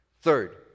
Third